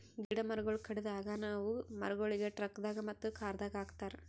ಗಿಡ ಮರಗೊಳ್ ಕಡೆದ್ ಆಗನ ಅವು ಮರಗೊಳಿಗ್ ಟ್ರಕ್ದಾಗ್ ಮತ್ತ ಕಾರದಾಗ್ ಹಾಕತಾರ್